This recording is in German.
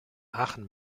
aachen